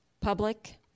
public